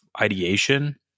ideation